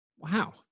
Wow